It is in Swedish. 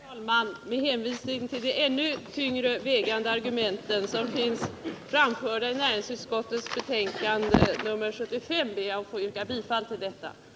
Herr talman! Med hänvisning till de ännu tyngre vägande argument som finns framförda i näringsutskottets betänkande nr 55 ber jag att få yrka bifall till utskottets hemställan.